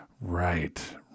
Right